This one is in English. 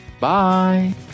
Bye